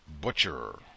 butcher